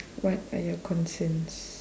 what are you concerns